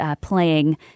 playing